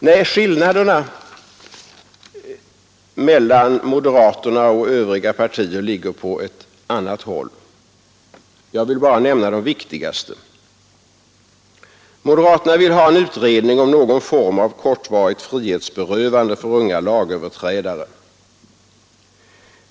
Nej, skillnaderna mellan moderaterna och övriga partier ligger på ett annat håll. Jag vill bara nämna de viktigaste. Moderaterna vill ha en utredning om någon form av kortvarigt frihetsberövande för unga lagöverträdare.